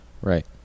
Right